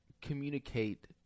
communicate